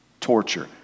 torture